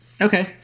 Okay